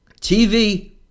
TV